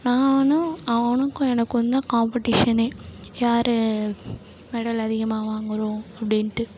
நானும் அவனுக்கும் எனக்குந்தான் காம்பெடிஷனே யார் மெடல் அதிகமாக வாங்கறோம் அப்படின்ட்டு